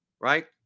right